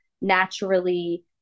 naturally